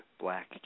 black